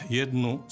jednu